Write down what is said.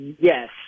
yes